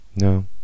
No